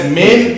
men